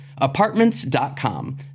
Apartments.com